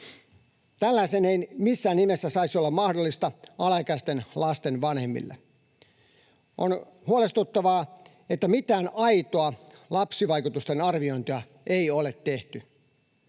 Tällainen ei missään nimessä saisi olla mahdollista alaikäisten lasten vanhemmille. On huolestuttavaa, että mitään aitoa lapsivaikutusten arviointia ei ole tehty.